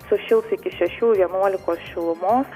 sušils iki šešių vienuolikos šilumos